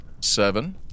seven